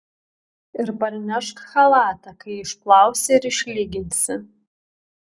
ir parnešk chalatą kai išplausi ir išlyginsi